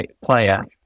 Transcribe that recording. player